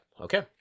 okay